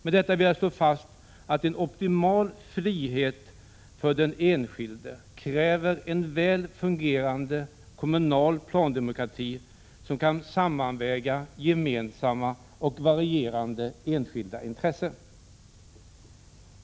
Med detta vill jag slå fast att en optimal frihet för den enskilde kräver en väl fungerande kommunal plandemokrati, som kan sammanväga gemensamma och varierande enskilda intressen.